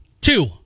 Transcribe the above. Two